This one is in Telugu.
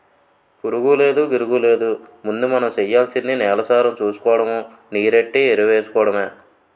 పురుగూలేదు, గిరుగూలేదు ముందు మనం సెయ్యాల్సింది నేలసారం సూసుకోడము, నీరెట్టి ఎరువేసుకోడమే